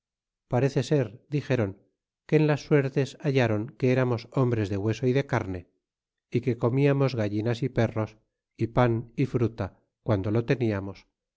parece ser dixéron que en las suertes hallron que eramos hombres de hueso y de carne y que comimos gallinas y perros y pan y fruta guando lo teniamos